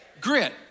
Grit